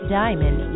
diamond